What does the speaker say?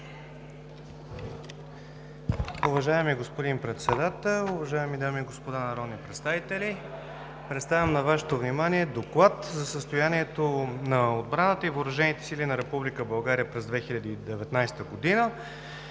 Уважаеми господин Председател, уважаеми дами и господа народни представители! Представям на Вашето внимание „ДОКЛАД за състоянието на отбраната и въоръжените сили на Република България през 2019 г.,